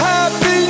Happy